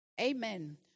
Amen